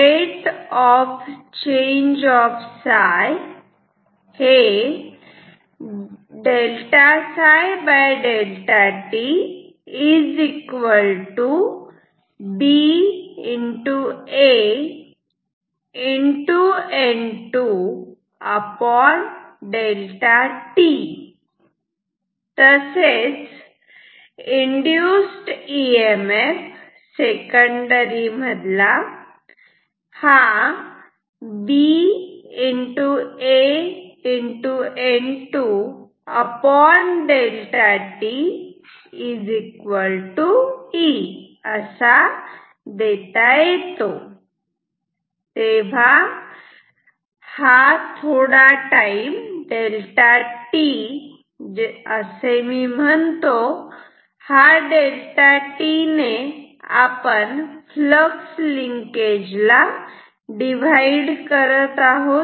rate of change of psi Rate of change of ∆∆t BAN2 ∆t induce E M F EMF in secondary EMF induced in secondary BAN2 ∆tE तेव्हा तो थोडा time मी delta t Δtअसे म्हणतो आणि मी या delta t Δt ने फ्लक्स लिंकेज ला डिव्हाइड करतो